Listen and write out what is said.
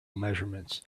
measurements